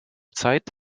zeit